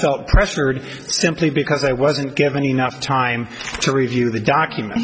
felt pressured simply because i wasn't given enough time to review the document